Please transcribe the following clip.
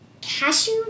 cashew